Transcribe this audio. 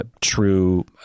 true